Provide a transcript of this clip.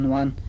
one